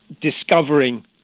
discovering